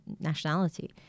nationality